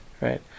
right